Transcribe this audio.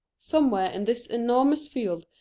somewhere in this enormous field,